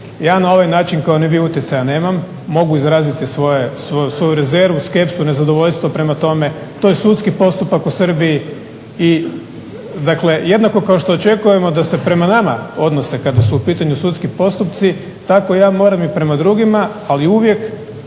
ja na ovaj način kao ni vi utjecaja nemam. Mogu izraziti svoju rezervu, skepsu, nezadovoljstvo prema tome. To je sudski postupak u Srbiji i dakle jednako kao što očekujemo da se prema nama odnose kada su u pitanju sudski postupci tako ja moram i prema drugima, ali uvijek